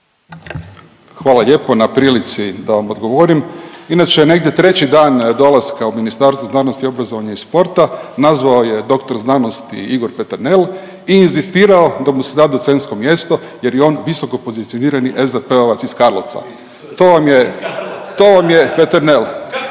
Hvala lijepo na prilici da vam odgovorim. Inače negdje treći dan dolaska u Ministarstvo znanosti i obrazovanje i sporta nazvao je doktor znanosti Igor Peternel i inzistirao da mu se da docentsko mjesto jer je on visokopozicionirani SDP-ovac iz Karlovca. To vam je, to